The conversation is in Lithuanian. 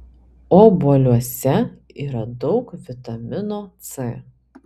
obuoliuose yra daug vitamino c